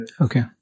Okay